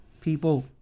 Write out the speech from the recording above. people